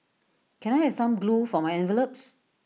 can I have some glue for my envelopes